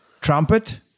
trumpet